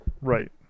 Right